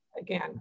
again